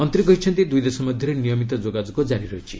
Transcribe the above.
ମନ୍ତ୍ରୀ କହିଛନ୍ତି ଦୁଇଦେଶ ମଧ୍ୟରେ ନିୟମିତ ଯୋଗାଯୋଗ ଜାରି ରହିଛି